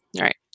Right